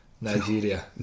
Nigeria